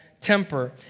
temper